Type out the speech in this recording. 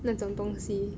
那种东西